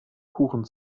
kuchen